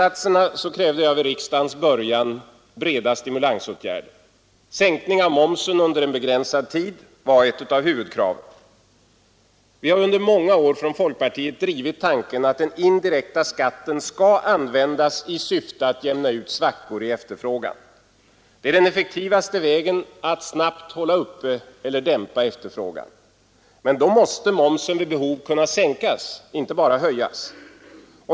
Med dessa föresatser krävde jag vid riksdagens början breda stimulansåtgärder. Sänkning av momsen under en begränsad tid var ett av huvudkraven. Vi har under många år från folkpartiet drivit tanken att den indirekta skatten skall användas i syfte att jämna ut svackor i efterfrågan. Det är den effektivaste vägen att snabbt hålla uppe eller dämpa efterfrågan. Men då måste momsen vid behov kunna sänkas, inte bara höjas.